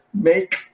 make